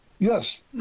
Yes